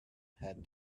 had